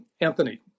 anthony